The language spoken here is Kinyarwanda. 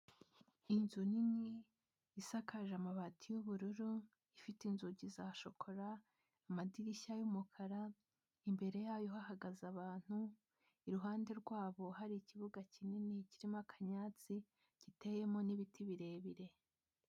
Inzu nini isakaje amabati y'ubururu ifite inzugi za shokora, amadirishya y'umukara, imbere yayo hahagaze abantu, iruhande rwabo hari ikibuga kinini kirimo akanyatsi giteyemo n'ibiti birebire.